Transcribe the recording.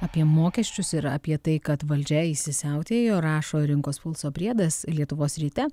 apie mokesčius ir apie tai kad valdžia įsisiautėjo rašo rinkos pulso priedas lietuvos ryte